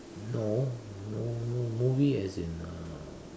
no no no movie as in uh